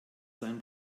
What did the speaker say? sein